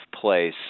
place